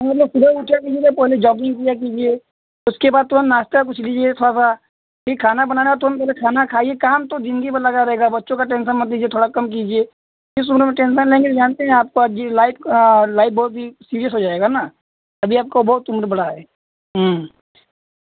हाँ मतलब सुबह उठे कि नहीं पहले जॉगिंग किया कीजिए उसके बाद तुरंत नाश्ता कुछ लीजिए थोड़ा सा फिर खाना बनाना हो तो तुरंत पहले खाना खाइए काम तो जिंदगी भर लगा रहेगा बच्चों का टेंसन मत लीजिए थोड़ा कम कीजिए इस उम्र में टेंसन लेंगी तो जानती हैं आपका यह लाइफ का लाइफ बहुत ही सीरियस हो जाएगा ना अभी आपका बहुत उम्र बड़ा है